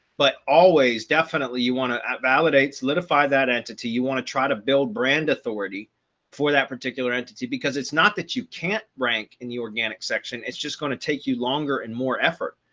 but always definitely you want to evaluate solidify that entity, you want to try to build brand authority for that particular entity. because because it's not that you can't rank in the organic section, it's just going to take you longer and more effort.